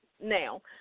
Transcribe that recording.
Now